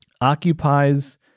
occupies